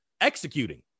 executing